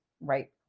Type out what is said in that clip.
Right